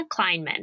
Kleinman